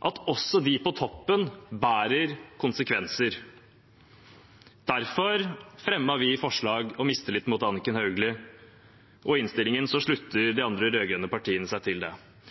at også de på toppen bærer konsekvenser. Derfor fremmet vi forslag om mistillit mot Anniken Hauglie, og i innstillingen slutter de andre rød-grønne partiene seg til det.